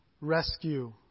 rescue